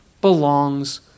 belongs